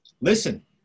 Listen